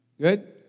Good